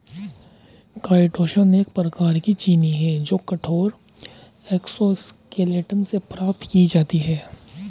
chitosan एक प्रकार की चीनी है जो कठोर एक्सोस्केलेटन से प्राप्त की जाती है